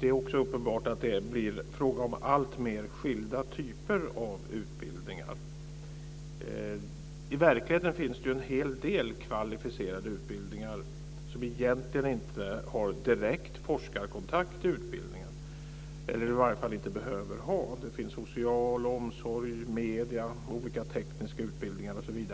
Det är också uppenbart att det blir fråga om alltmer skilda typer av utbildningar. I verkligheten finns det en hel del kvalificerade utbildningar där man egentligen inte har direkt forskarkontakt eller i varje fall inte behöver ha det. Det finns social utbildning, omsorgs och medieutbildningar och olika tekniska utbildningar, osv.